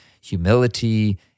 humility